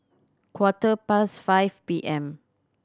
quarter past five P M